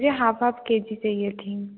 मुझे half half K G चाहिए थीं